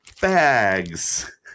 bags